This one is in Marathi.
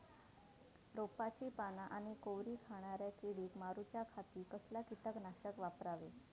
रोपाची पाना आनी कोवरी खाणाऱ्या किडीक मारूच्या खाती कसला किटकनाशक वापरावे?